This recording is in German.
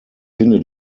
finde